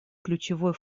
ключевой